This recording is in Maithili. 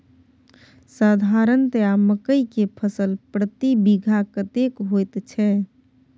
साधारणतया मकई के फसल प्रति बीघा कतेक होयत छै?